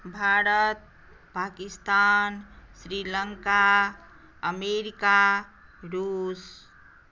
Bharat Pakistan Sri Lanka America रूस